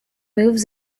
moves